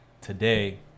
Today